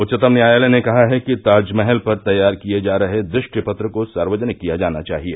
उच्चतम न्यायालय ने कहा है कि ताजमहल पर तैयार किये जा रहे दृष्टि पत्र को सार्वजनिक किया जाना चाहिए